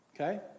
Okay